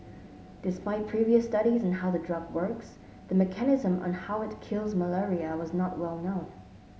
despite previous studies on how the drug works the mechanism on how it kills malaria was not well known